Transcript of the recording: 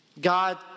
God